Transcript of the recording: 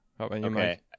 Okay